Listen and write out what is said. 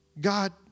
God